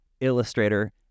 illustrator